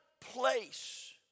place